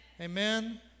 amen